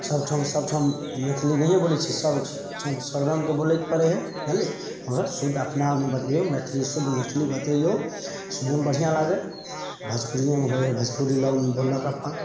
सबठाम सबठाम मैथिली नहिए बोलैत छै सबठाम सब रङ्गके बोलेके पड़ैत हय जनलियै अगर शुद्ध अपनामे बजियौ मैथिली शुद्ध मैथिली बजियौ सुनैमे बढ़िआ लागल आ भोजपुरियोमे होय हय भोजपुरी लोग बोललक अपन